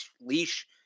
leash